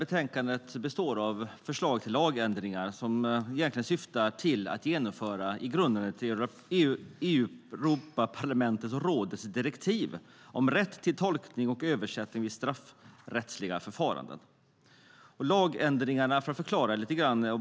Betänkandet består av förslag till lagändringar som i grunden syftar till att genomföra Europaparlamentets och rådets direktiv om rätt till tolkning och översättning vid straffrättsliga förfaranden. Jag vill förklara bakgrunden lite grann.